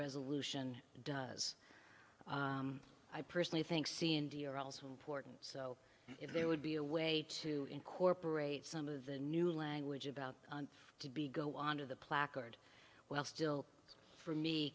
resolution does i personally think c and d are also important so it would be a way to incorporate some of the new language about to be go on to the placard well still for me